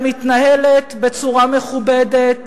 אלא מתנהלת בצורה מכובדת,